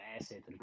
asset